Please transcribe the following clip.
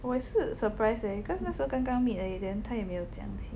我也是 surprised leh because 那时候刚刚 meet 而已 then 他又没有讲起